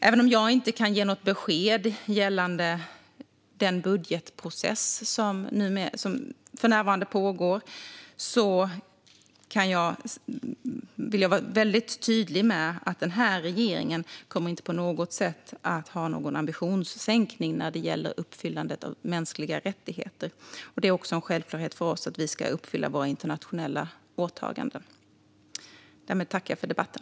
Även om jag inte kan ge något besked gällande den budgetprocess som för närvarande pågår vill jag vara väldigt tydlig med att den här regeringen inte på något sätt kommer att ha någon ambitionssänkning när det gäller uppfyllandet av mänskliga rättigheter. Det är också en självklarhet för oss att vi ska uppfylla våra internationella åtaganden. Därmed tackar jag för debatten.